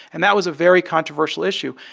and that was a very controversial issue.